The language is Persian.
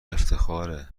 افتخاره